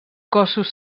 cossos